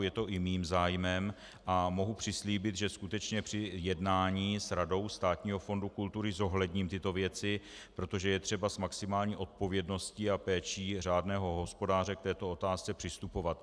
Je to i mým zájmem a mohu přislíbit, že skutečně při jednání s Radou Státního fondu kultury zohledním tyto věci, protože je třeba s maximální odpovědností a péčí řádného hospodáře k této otázce přistupovat.